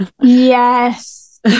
Yes